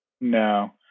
No